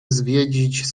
zwiedzić